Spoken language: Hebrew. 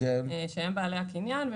שהם בעלי הקניין,